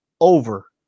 over